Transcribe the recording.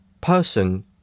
person